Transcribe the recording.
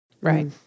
Right